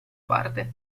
parte